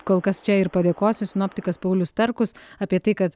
kol kas čia ir padėkosiu sinoptikas paulius starkus apie tai kad